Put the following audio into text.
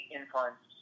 influence